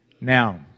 Now